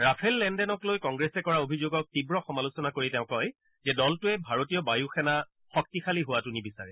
Rafale লেনদেনক লৈ কংগ্ৰেছে কৰা অভিযোগক তীৱ সমালোচনা কৰি তেওঁ কয় যে দলটোৱে ভাৰতীয় বায়ু সেনা শক্তিশালী হোৱাটো নিবিচাৰে